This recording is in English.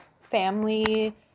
family